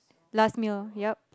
last meal yep